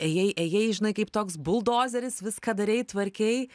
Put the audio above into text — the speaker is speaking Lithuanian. ėjai ėjai žinai kaip toks buldozeris viską darei tvarkei